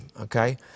okay